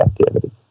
activities